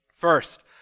first